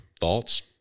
thoughts